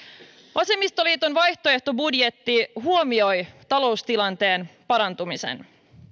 vasemmistoliiton vaihtoehtobudjetti huomioi taloustilanteen parantumisen